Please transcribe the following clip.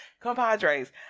compadres